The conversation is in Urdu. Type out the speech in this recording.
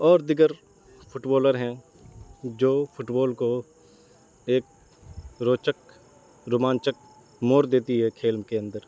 اور دیگر فٹ بالر ہیں جو فٹ بال کو ایک روچک رومانچک موڑ دیتی ہے کھیل کے اندر